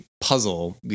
puzzle